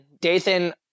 Dathan